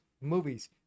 movies